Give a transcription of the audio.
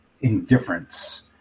indifference